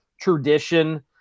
tradition